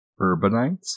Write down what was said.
urbanites